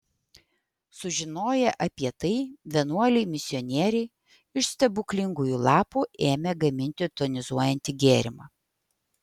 sužinoję apie tai vienuoliai misionieriai iš stebuklingųjų lapų ėmė gaminti tonizuojantį gėrimą